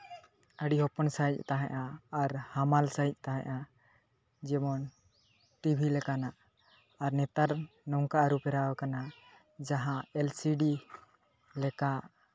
ᱟᱹᱰᱤ ᱦᱚᱯᱚᱱ ᱥᱟᱹᱭᱤᱡ ᱛᱟᱦᱮᱸᱫᱼᱟ ᱟᱨ ᱦᱟᱢᱟᱞ ᱥᱟᱹᱦᱤᱡ ᱛᱟᱦᱮᱸᱫᱼᱟ ᱡᱮᱢᱚᱱ ᱴᱤᱵᱷᱤ ᱞᱮᱠᱟᱱᱟᱜ ᱟᱨ ᱱᱮᱛᱟᱨ ᱱᱚᱝᱠᱟ ᱟᱹᱨᱩ ᱯᱷᱮᱨᱟᱣ ᱟᱠᱟᱱᱟ ᱡᱟᱦᱟᱸ ᱮᱞ ᱥᱤ ᱰᱤ ᱞᱮᱠᱟᱱ